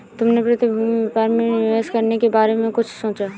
तुमने प्रतिभूति व्यापार में निवेश करने के बारे में कुछ सोचा?